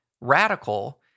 radical